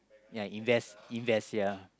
ya invest invest ya